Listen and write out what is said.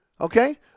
Okay